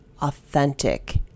authentic